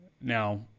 Now